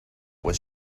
was